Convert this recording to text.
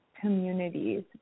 communities